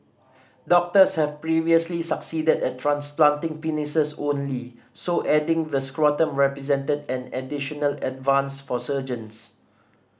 doctors have previously succeeded at transplanting penises only so adding the scrotum represented an additional advance for surgeons